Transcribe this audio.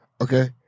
okay